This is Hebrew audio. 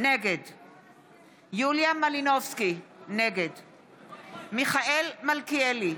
נגד יוליה מלינובסקי, נגד מיכאל מלכיאלי,